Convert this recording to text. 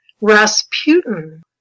Rasputin